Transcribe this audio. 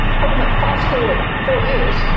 however, fast forward four years.